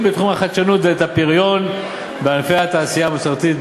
בתחומי החדשנות ואת הפריון בענפי התעשייה המסורתית,